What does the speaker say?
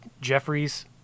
Jeffrey's-